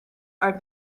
are